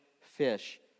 fish